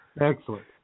Excellent